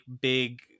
big